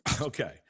Okay